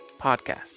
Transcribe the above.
Podcast